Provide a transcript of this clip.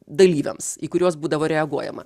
dalyviams į kuriuos būdavo reaguojama